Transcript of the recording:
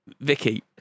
Vicky